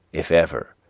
if ever,